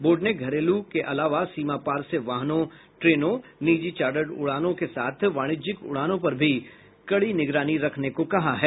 board ने घरेलू के अलावा सीमापार से वाहनों ट्रेनों निजी चार्टर्ड उड़ानों के साथ वाणिज्यिक उड़ानों पर भी कड़ी निगरानी रखने को कहा है